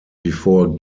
before